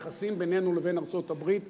ביחסים בינינו לבין ארצות-הברית,